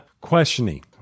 questioning